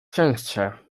częstsze